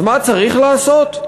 אז מה צריך לעשות?